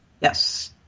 yes